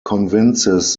convinces